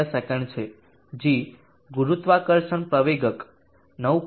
g ગુરુત્વાકર્ષણ પ્રવેગક 9